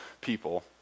people